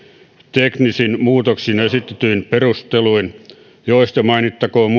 teknisin muutoksin ja esitetyin perusteluin joista mainittakoon